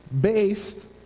based